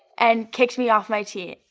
and kicked me off my team.